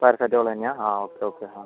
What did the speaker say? paracetamol തന്നെയാണോ ആ okay okay ആ